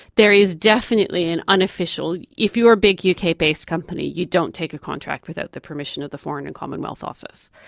there is definitely an unofficial. if you're a big uk-based company you don't take a contract without the permission of the foreign and commonwealth office.